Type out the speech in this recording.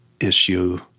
issue